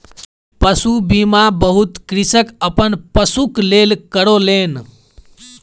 पशु बीमा बहुत कृषक अपन पशुक लेल करौलेन